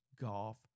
golf